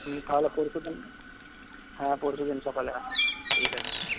হুম তাহলে পরশুদিন হ্যাঁ পরশুদিন সকালে আসুন ঠিক আছে